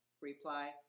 reply